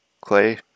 Clay